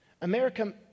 America